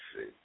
see